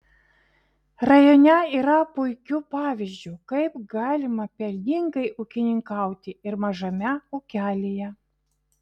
rajone yra puikių pavyzdžių kaip galima pelningai ūkininkauti ir mažame ūkelyje